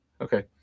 Okay